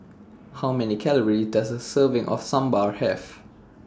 How Many calorie Does A Serving of Sambar Have